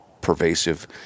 pervasive